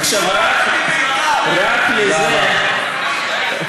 עכשיו, רק לזה, תודה רבה.